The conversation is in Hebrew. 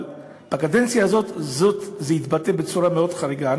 אבל בקדנציה הזאת זה התבטא בצורה מאוד חריגה.